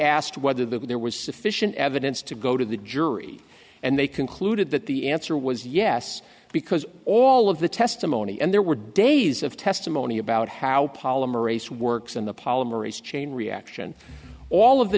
asked whether there was sufficient evidence to go to the jury and they concluded that the answer was yes because all of the testimony and there were days of testimony about how polymerase works in the polymerase chain reaction all of the